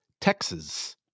Texas